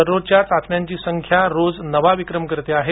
दररोजच्या चाचण्यांची संख्या रोज नवा विक्रम करते आहे